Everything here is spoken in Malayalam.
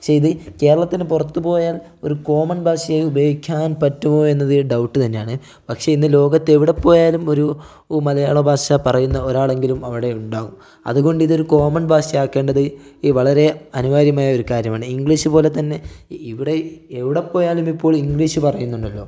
പക്ഷേയിത് കേരളത്തിന് പുറത്തു പോയാൽ ഒരു കോമ്മൺ ഭാഷയായി ഉപയോഗിക്കാൻ പറ്റുമോ എന്നത് ഡൗട്ട് തന്നെയാണ് പക്ഷേ ഇന്ന് ലോകത്തെവിടെ പോയാലും ഒരു മലയാള ഭാഷ പറയുന്ന ഒരാളെങ്കിലും അവിടെ ഉണ്ടാകും അതുകൊണ്ട് ഇതൊരു കോമ്മൺ ഭാഷയാക്കേണ്ടത് ഈ വളരെ അനിവാര്യമായ ഒരു കാര്യമാണ് ഇംഗ്ലീഷ് പോലെത്തന്നെ ഇവിടെ എവിടെപ്പോയാലും ഇപ്പോൾ ഇംഗ്ലീഷ് പറയുന്നുണ്ടല്ലോ